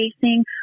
facing